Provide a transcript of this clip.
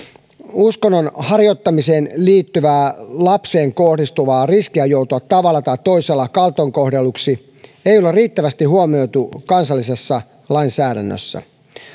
uskonnon harjoittamiseen liittyvää lapseen kohdistuvaa riskiä joutua tavalla tai toisella kaltoinkohdelluksi ei ole riittävästi huomioitu kansallisessa lainsäädännössä